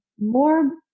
more